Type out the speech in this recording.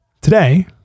Today